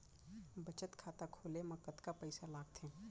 बचत खाता खोले मा कतका पइसा लागथे?